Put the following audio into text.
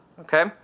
okay